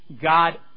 God